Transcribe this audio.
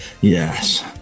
Yes